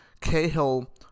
Cahill